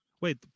Wait